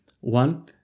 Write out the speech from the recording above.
One